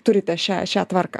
turite šią šią tvarką